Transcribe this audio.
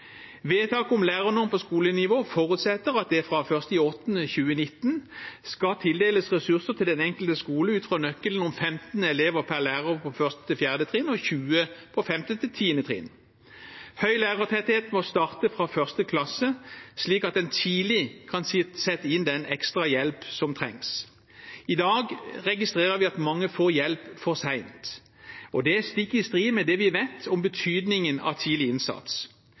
om lærernorm på skolenivå forutsetter at det fra 1. august 2019 skal tildeles ressurser til den enkelte skole ut fra nøkkelen om 15 elever per lærer på 1.–4. trinn og 20 på 5.–10. trinn. Høy lærertetthet må starte fra 1. klasse, slik at en tidlig kan sette inn den ekstra hjelp som trengs. I dag registrerer vi at mange får hjelp for sent, og det er stikk i strid med det vi vet om betydningen av tidlig innsats.